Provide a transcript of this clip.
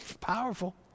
Powerful